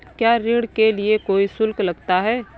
क्या ऋण के लिए कोई शुल्क लगता है?